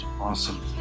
Awesome